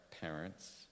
parents